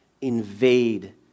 invade